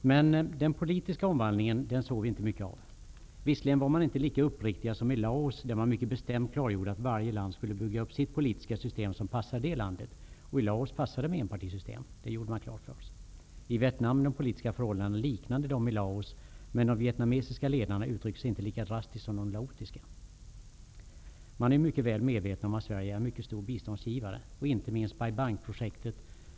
Men den politiska omvandlingen såg vi inte mycket av. Visserligen var man inte lika uppriktig som de i Laos. Där klargjorde man mycket bestämt att varje land skulle bygga upp sitt politiska system, som passar det landet. I Laos passar det med enpartisystem. Det gjorde man klart för oss. I Vietnam är de politiska förhållandena liknande dem i Laos, men de vietnamesiska ledarna uttrycker sig inte lika drastiskt som de laotiska. Man är mycket väl medveten om att Sverige är en mycket stor biståndsgivare. Det visar inte minst BaiBang-projektet.